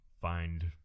find